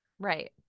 Right